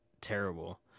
terrible